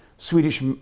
Swedish